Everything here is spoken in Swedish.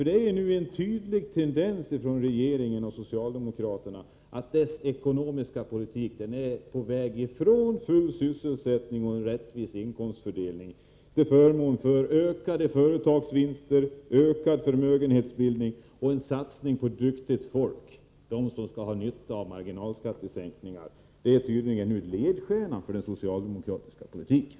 Det finns en tydlig tendens hos regeringen och socialdemokraterna att vilja föra sin ekonomiska politik från full sysselsättning och en rättvis inkomstfördelning till ökade företagsvinster, ökad förmögenhetsbildning och en satsning på duktigt folk — sådana som skall få nytta av marginalskattesänkningar. Det är tydligen ledstjärnan för den socialdemokratiska politiken.